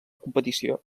competició